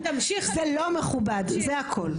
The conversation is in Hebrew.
זה הכול.